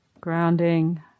Grounding